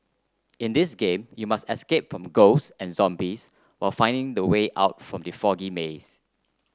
in this game you must escape from ghosts and zombies while finding the way out from the foggy maze